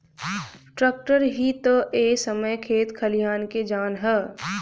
tractor ही ता ए समय खेत खलियान के जान ह